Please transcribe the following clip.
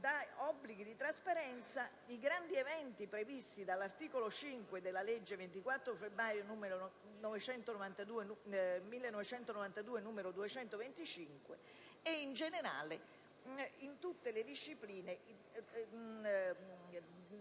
obblighi di trasparenza i grandi eventi previsti dall'articolo 5 della legge 24 febbraio 1992, n. 225, e in generale i procedimenti